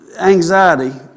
anxiety